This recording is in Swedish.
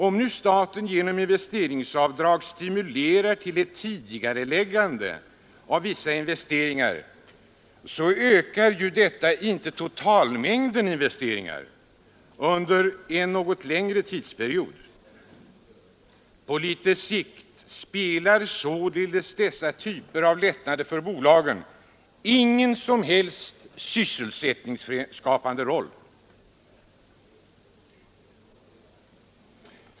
Om nu staten genom investeringsavdrag stimulerar till ett tidigareläggande av vissa investeringar ökar detta inte totalmängden investeringar under en något längre tidsperiod. På litet längre sikt spelar således dessa tider av lättnader för bolagen ingen som helst sysselsättningsskapande roll.